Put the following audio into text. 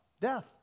Death